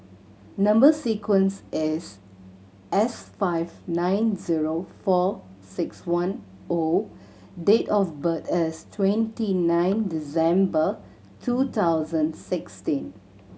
number sequence is S five nine zero four six one O date of birth is twenty nine December two thousand sixteen